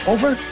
Over